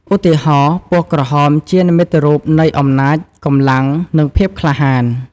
ឧទាហរណ៍ ពណ៌ក្រហម ជានិមិត្តរូបនៃអំណាច កម្លាំង និងភាពក្លាហាន។